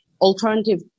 alternative